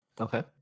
Okay